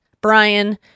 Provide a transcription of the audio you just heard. Brian